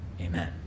amen